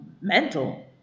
mental